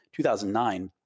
2009